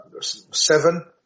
seven